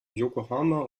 yokohama